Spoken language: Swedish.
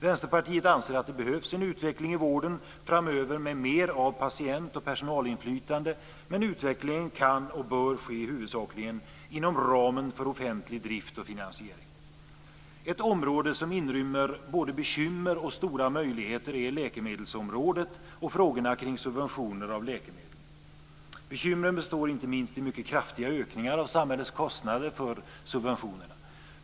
Vänsterpartiet anser att det behövs en utveckling i vården framöver med mer av patient och personalinflytande, men utvecklingen kan och bör ske huvudsakligen inom ramen för offentlig drift och finansiering. Ett område som inrymmer både bekymmer och stora möjligheter är läkemedelsområdet och frågorna kring subventioner av läkemedel. Bekymren består inte minst i mycket kraftiga ökningar av samhällets kostnader för subventionerna.